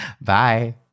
Bye